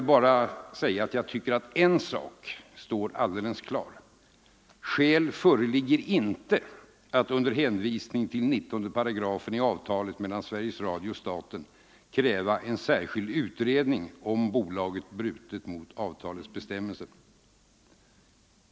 En sak tycker jag dock står klar: skäl föreligger inte att under hänvisning till 19 § i avtalet mellan Sveriges Radio och staten kräva en särskild utredning om bolaget brutit mot avtalets bestämmelser.